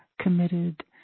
committed